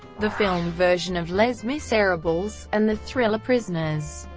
the film version of les miserables, and the thriller prisoners.